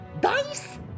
Dice